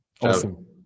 awesome